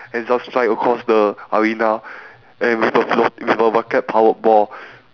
and just fly across the arena and with a float with a rocket powered ball